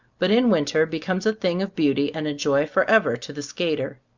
but in winter becomes a thing of beauty and a joy forever to the skater.